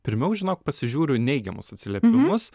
pirmiau žinok pasižiūriu neigiamus atsiliepimus